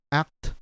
act